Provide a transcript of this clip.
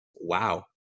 wow